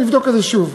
נבדוק את זה שוב.